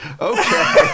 Okay